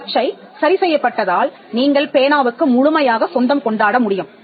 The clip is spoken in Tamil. சர்ச்சை சரி செய்யப்பட்டதால் நீங்கள் பேனாவுக்கு முழுமையாக சொந்தம் கொண்டாட முடியும்